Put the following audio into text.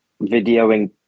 videoing